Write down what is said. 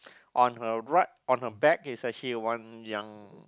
on her right on her back is actually one young